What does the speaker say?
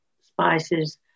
spices